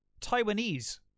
Taiwanese